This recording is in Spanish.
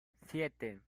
siete